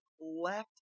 left